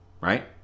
right